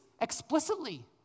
explicitly